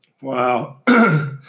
Wow